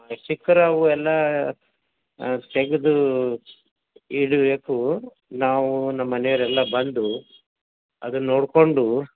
ಸಿಕ್ರೆ ಅವು ಎಲ್ಲ ತೆಗೆದು ಇಡಬೇಕು ನಾವು ನಮ್ಮ ಮನೆಯವ್ರು ಎಲ್ಲ ಬಂದು ಅದನ್ನು ನೋಡ್ಕೊಂಡು